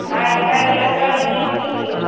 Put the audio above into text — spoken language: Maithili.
पढ़ाइ लिखाइ केहन चलैत छै इसकुलके